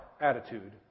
attitude